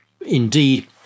indeed